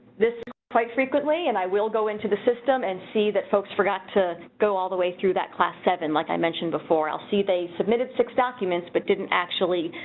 this quite frequently and i will go into the system and see that folks forgot to, go all the way through that class seven. like i mentioned before, i'll see they submitted six documents but didn't actually